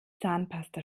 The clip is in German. zahnpasta